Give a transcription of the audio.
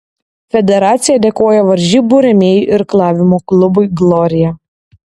federacija dėkoja varžybų rėmėjui irklavimo klubui glorija